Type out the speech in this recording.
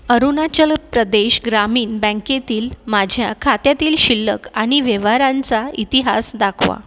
अरुणाचल प्रदेश ग्रामीण बँकेतील माझ्या खात्यातील शिल्लक आणि व्यवहारांचा इतिहास दाखवा